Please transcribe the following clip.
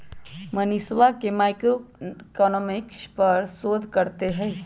मनीषवा मैक्रोइकॉनॉमिक्स पर शोध करते हई